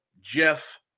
Jeff